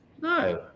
no